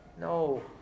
No